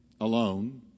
alone